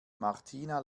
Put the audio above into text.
martina